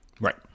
Right